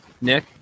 nick